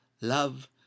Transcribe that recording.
love